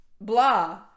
blah